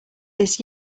this